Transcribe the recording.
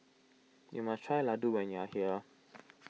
you must try Ladoo when you are here